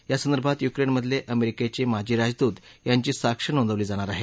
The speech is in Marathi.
यासंदर्भात युक्रेनमधले अमेरिकेचे माजी राजदूत यांची साक्ष नोंदवली जाणार आहे